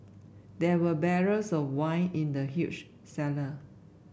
there were barrels of wine in the huge cellar